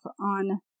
on